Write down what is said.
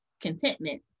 contentment